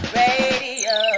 radio